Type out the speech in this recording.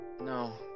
No